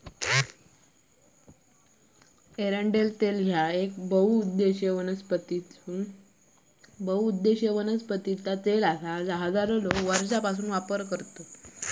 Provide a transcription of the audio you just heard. एरंडेल तेल ह्या येक बहुउद्देशीय वनस्पती तेल आसा जा हजारो वर्षांपासून लोक वापरत आसत